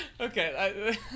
Okay